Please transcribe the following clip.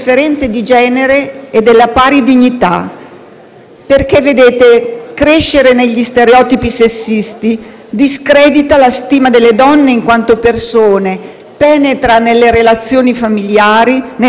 Perché crescere negli stereotipi sessisti discredita la stima delle donne in quanto persone, penetra nelle relazioni familiari, nei rapporti di lavoro, nei percorsi di carriera.